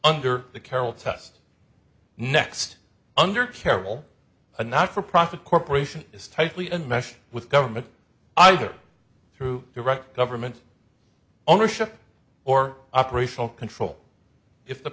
under the carol test next under carol a not for profit corporation is tightly enmeshed with government either through direct government ownership or operational control if the